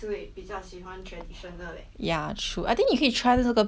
ya true I think 你可以 try 这个冰皮的冰皮的月饼